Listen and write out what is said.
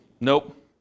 Nope